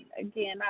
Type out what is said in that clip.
Again